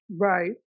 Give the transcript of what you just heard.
Right